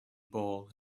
ball